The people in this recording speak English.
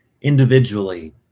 individually